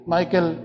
Michael